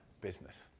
business